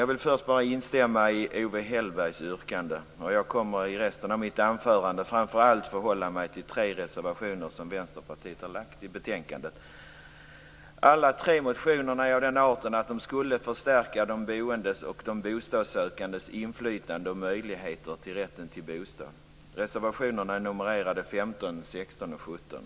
Jag vill först bara instämma i Owe Jag kommer i resten av mitt anförande att framför allt uppehålla mig vid tre reservationer som Vänsterpartiet har lagt till betänkandet. De tre motionerna bakom reservationerna är av den arten att de skulle förstärka de boendes och de bostadssökandes inflytande och möjligheter till rätten till bostad. Reservationerna är numrerade 15, 16 och 17.